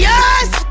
Yes